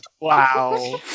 wow